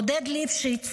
עודד ליפשיץ,